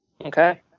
Okay